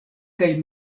kaj